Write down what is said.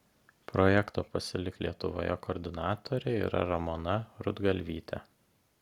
projekto pasilik lietuvoje koordinatorė yra ramona rudgalvytė